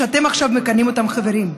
שאתם עכשיו מכנים אותם חברים.